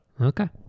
Okay